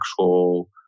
actual